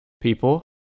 people